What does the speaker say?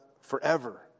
forever